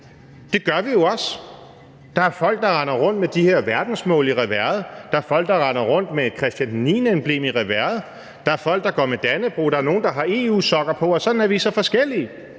det gør vi jo også. Der er folk, der render rundt med de her verdensmålsnåle i reverset; der er folk, der render rundt med Christian X-emblemet i reverset; der er folk, der går med et Dannebrogemblem, og der er nogle, der har EU-sokker på, og sådan er vi så forskellige.